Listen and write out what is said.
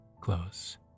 close